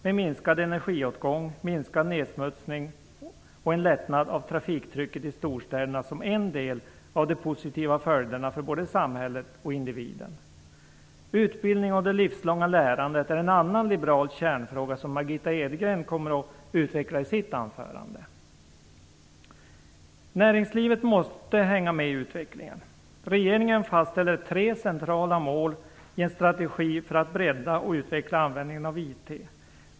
En minskad energiåtgång, en minskad nedsmutsning och en lättnad av trafiktrycket i storstäderna är en del av de positiva följderna för både samhället och individen. Utbildning och det livslånga lärandet är en annan liberal kärnfråga som Margitta Edgren kommer att utveckla i sitt anförande. Näringslivet måste hänga med i utvecklingen. Regeringen fastställer tre centrala mål i en strategi för att bredda och utveckla användningen av IT.